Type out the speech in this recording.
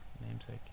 namesake